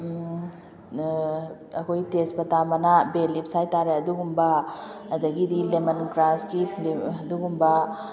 ꯑꯩꯈꯣꯏ ꯇꯦꯖꯄꯥꯇꯥ ꯃꯅꯥ ꯕꯦ ꯂꯤꯕ꯭ꯁ ꯍꯥꯏꯇꯔꯦ ꯑꯗꯨꯒꯨꯝꯕ ꯑꯗꯨꯗꯒꯤꯗꯤ ꯂꯦꯃꯟ ꯒ꯭ꯔꯥꯁꯀꯤ ꯑꯗꯨꯒꯨꯝꯕ